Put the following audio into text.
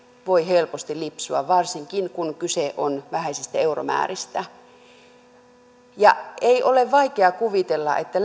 voi helposti lipsua varsinkin kun kyse on vähäisistä euromääristä ei ole vaikea kuvitella että